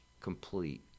complete